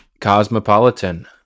Cosmopolitan